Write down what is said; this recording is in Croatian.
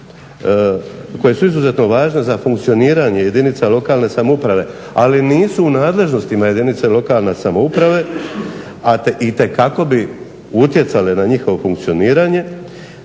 koje su izuzetno važne za funkcioniranje jedinica lokalne samouprave ali nisu u nadležnostima jedinica lokalne samouprave itekako bi utjecale na njihovo funkcioniranje